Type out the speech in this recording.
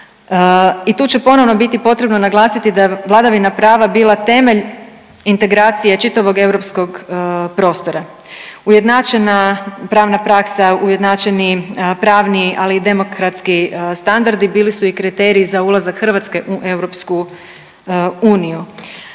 i tu će ponovno biti potrebno naglasiti da je vladavina prava bila temelj integracije čitavog europskog prostora. Ujednačena pravna praksa, ujednačeni pravni, ali i demokratski standardi bili su i kriteriji za ulazak Hrvatske u EU. Kako bi